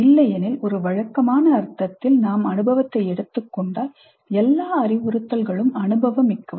இல்லையெனில் ஒரு வழக்கமான அர்த்தத்தில் நாம் அனுபவத்தை எடுத்துக் கொண்டால் எல்லா அறிவுறுத்தல்களும் அனுபவமிக்கவை